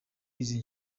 izi